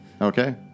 Okay